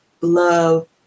love